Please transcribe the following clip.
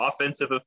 offensive